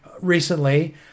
recently